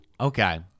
Okay